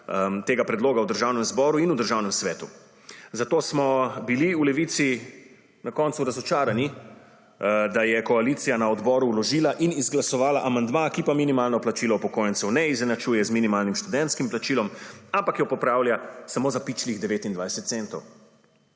tega predloga v Državnem zboru in Državnem svetu. Zato smo bili v Levici na koncu razočarani, da je koalicija na odboru vložila in izglasovala amandma, ki pa minimalno plačilo upokojencev ne izenačuje z minimalnim študentskim plačilom, ampak ga popravlja samo za pičlih 29 centov,